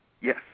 Yes